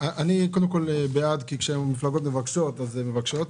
אני בעד, כי כשהמפלגות מבקשות אז הן מבקשות.